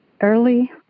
early